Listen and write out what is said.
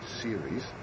Series